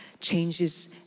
changes